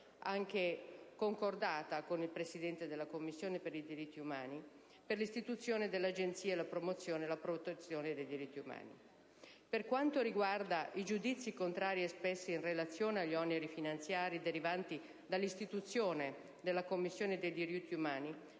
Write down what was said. anche concordato con il Presidente della Commissione per i diritti umani, per l'istituzione dell'Agenzia per la promozione e la protezione dei diritti umani. Per quanto riguarda i giudizi contrari espressi in relazione agli oneri finanziari derivanti dall'istituzione della Commissione per i diritti umani,